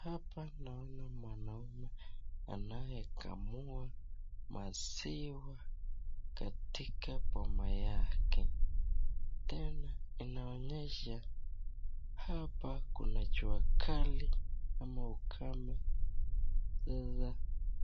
Hapa naona mwanaume anayekamua maziwa katika boma yake. Tena inaonyesha hapa kune jua kali ama ukame